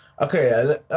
Okay